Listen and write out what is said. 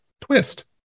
twist